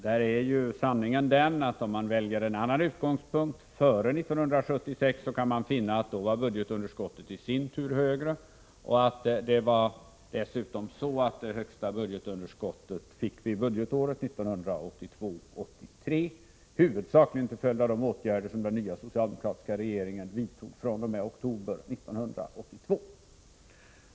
Där är sanningen den, att om man väljer en annan utgångspunkt, före 1976, kan man finna att budgetunderskottet då var störr. Dessutom fick vi det största budgetunderskottet budgetåret 1982/83, huvudsakligen till följd av de åtgärder som den nya socialdemokratiska regeringen vidtog fr.o.m. oktober 1982.